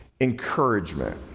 encouragement